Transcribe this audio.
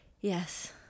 Yes